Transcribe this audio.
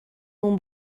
اون